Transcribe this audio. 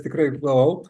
tikrai daug